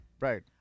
Right